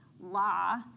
law